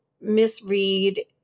misread